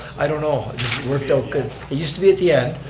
i don't know, it just worked out good. it used to be at the end.